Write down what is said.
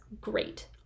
great